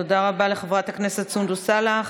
תודה רבה לחבר הכנסת סונדוס סאלח.